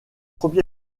premier